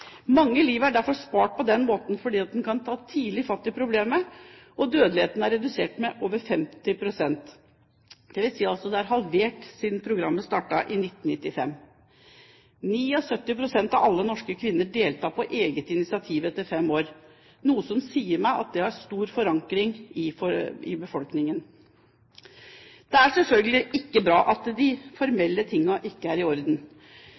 Mange liv er derfor spart på den måten, fordi en kan ta fatt i problemet tidlig. Dødeligheten er redusert med over 50 pst., dvs. at den er halvert siden programmet startet i 1995. 79 pst. av alle norske kvinner deltar på eget initiativ etter fem år, noe som sier meg at dette har stor forankring i befolkningen. Det er selvfølgelig ikke bra at de formelle tingene ikke er i orden,